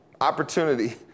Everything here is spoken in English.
opportunity